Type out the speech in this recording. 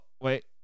wait